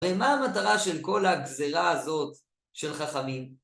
ומה המטרה של כל הגזרה הזאת של חכמים?